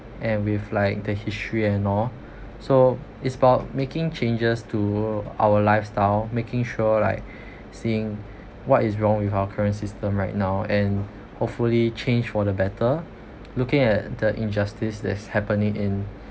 and we've like the history and all so it's about making changes to our lifestyle making sure like seeing what is wrong with our current system right now and hopefully change for the better looking at the injustice that's happening in